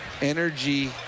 energy